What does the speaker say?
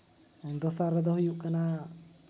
ᱫᱚᱥᱟᱨ ᱨᱮᱫᱚ ᱦᱩᱭᱩᱜ ᱠᱟᱱᱟ